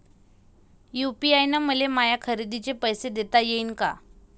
UPI न मले माया खरेदीचे पैसे देता येईन का?